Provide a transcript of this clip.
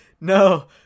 No